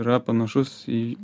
yra panašus į